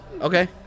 Okay